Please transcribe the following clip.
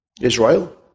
Israel